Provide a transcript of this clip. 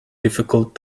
difficult